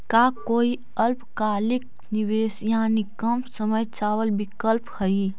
का कोई अल्पकालिक निवेश यानी कम समय चावल विकल्प हई?